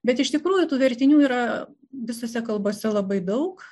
bet iš tikrųjų tų vertinių yra visose kalbose labai daug